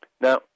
Now